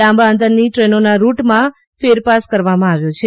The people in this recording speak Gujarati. લાંબા અંતરની ટ્રેનોના રૂટમાં ફેરપાર કરવામાં આવ્યો છે